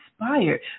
inspired